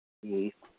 ꯎꯝ